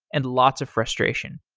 and lots of frustration.